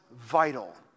vital